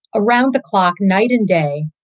around the clock, night and day,